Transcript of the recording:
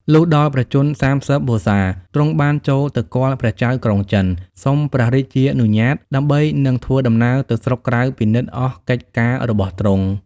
លុះដល់ព្រះជន្ម ៣០ វស្សា ទ្រង់បានចូលទៅគាល់ព្រះចៅក្រុងចិន សុំព្រះរាជានុញ្ញាត ដើម្បីនឹងធ្វើដំណើរទៅស្រុកក្រៅពិនិត្យអស់កិច្ចការរបស់ទ្រង់ ។